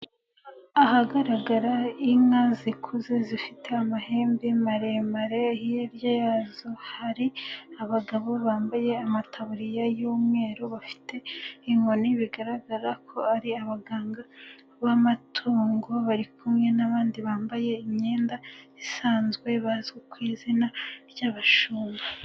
Ahagaragara inka zikuze zifite amahembe maremare, hirya yazo hari abagabo bambaye amataburiya y'umweru bafite inkoni bigaragara ko ari abaganga b'amatungo, bari kumwe n'abandi bambaye imyenda isanzwe bazwi ku izina ry'abashumba.